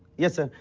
yes sir.